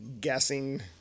guessing